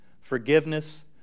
forgiveness